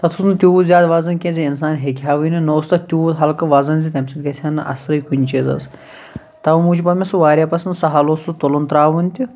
تَتھ اوس نہٕ تیوٗت زیادٕ وَزَن کیٚنہہ زِ اِنسان ہیٚکہِ ہاوٕے نہٕ نہ اوس تَتھ تیوٗت ہَلکہٕ وَزَن زِ تَمہِ سۭتۍ گژھِ ہے نہٕ اَثرٕے کُنہِ چیٖزَس تَوٕ موٗجوٗب آو مےٚ سُہ واریاہ پسنٛد سَہَل اوس سُہ تُلُن ترٛاوُن تہِ